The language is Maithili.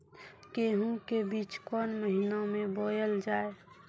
गेहूँ के बीच कोन महीन मे बोएल जाए?